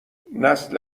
نسل